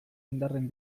indarren